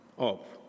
up